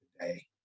today